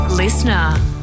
Listener